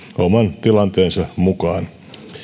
oman tilanteensa mukaan